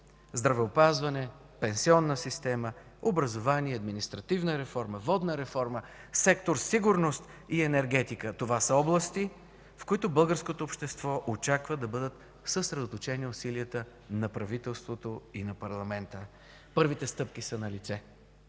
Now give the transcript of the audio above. здравеопазване, пенсионна система, образование, административна реформа, водна реформа, сектор „Сигурност” и енергетика. Това са области, в които българското общество очаква да бъдат съсредоточени усилията на правителството и на парламента. Първите стъпки са налице.